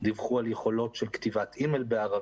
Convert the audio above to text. דיווחו על יכולות של כתיבת דוא"ל בערבית,